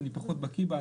שאני פחות בקיא בה,